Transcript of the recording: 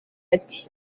ati